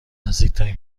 نزدیکترین